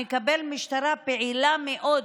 נקבל משטרה פעילה מאוד